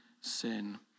sin